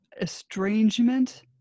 estrangement